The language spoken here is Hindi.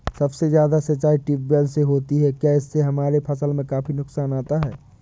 सबसे ज्यादा सिंचाई ट्यूबवेल से होती है क्या इससे हमारे फसल में काफी नुकसान आता है?